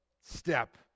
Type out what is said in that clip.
step